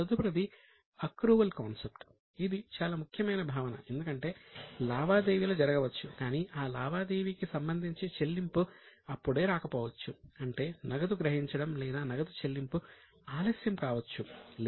తదుపరిది accrual concept అంటారు